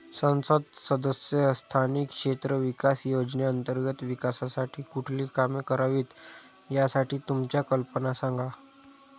संसद सदस्य स्थानिक क्षेत्र विकास योजने अंतर्गत विकासासाठी कुठली कामे करावीत, यासाठी तुमच्या कल्पना सांगा